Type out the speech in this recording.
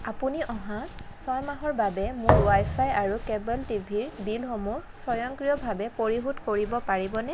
আপুনি অহা ছয় মাহৰ বাবে মোৰ ৱাইফাই আৰু কেব'ল টিভিৰ বিলসমূহ স্বয়ংক্ৰিয়ভাৱে পৰিশোধ কৰিব পাৰিবনে